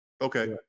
Okay